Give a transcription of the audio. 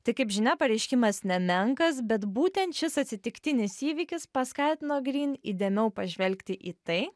tai kaip žinia pareiškimas nemenkas bet būtent šis atsitiktinis įvykis paskatino gryn įdėmiau pažvelgti į tai